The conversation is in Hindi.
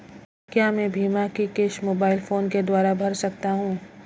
क्या मैं बीमा की किश्त मोबाइल फोन के द्वारा भर सकता हूं?